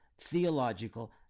theological